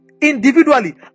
Individually